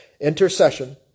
Intercession